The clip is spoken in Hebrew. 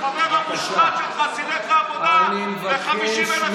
חבריי חברי הכנסת, אני מבקש,